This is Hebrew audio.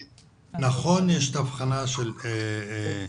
נכון שיש את ההבחנה של הגילאים,